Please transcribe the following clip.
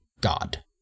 God